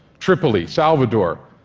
tripoli, salvador.